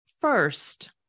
first